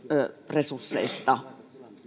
resursseista